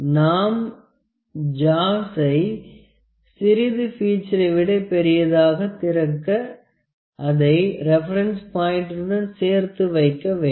நாம் ஜாவை சிறிது பீட்சரை விட பெரிதாக திறந்து அதை ரெபரன்ஸ் பாயின்ட்டுடன் சேர்த்து வைக்க வேண்டும்